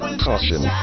caution